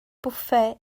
bwffe